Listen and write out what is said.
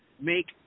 make